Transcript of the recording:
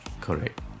correct